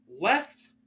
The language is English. left